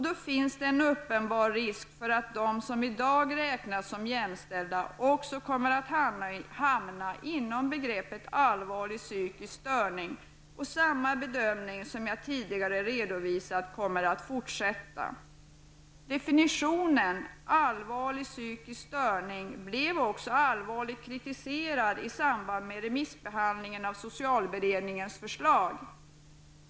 Då finns det en uppenbar risk för att de som i dag räknas som jämställda också kommer att hamna inom begreppet allvarlig psykisk störning. Samma bedömning som jag tidigare har redovisat kommer i fortsättningen att göras. Definitionen allvarlig psykisk störning blev också mycket kritiserad i samband med remissbehandlingen av socialberedningens förslag.